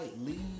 leave